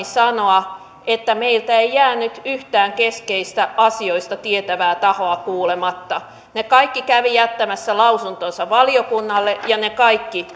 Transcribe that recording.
sanoa että meiltä ei jäänyt yhtään keskeistä asioista tietävää tahoa kuulematta ne kaikki kävivät jättämässä lausuntonsa valiokunnalle ja ne kaikki